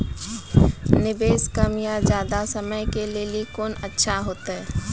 निवेश कम या ज्यादा समय के लेली कोंन अच्छा होइतै?